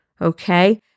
Okay